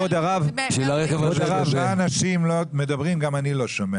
ארבעה אנשים מדברים גם אני לא שומע.